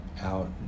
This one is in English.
Out